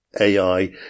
AI